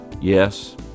Yes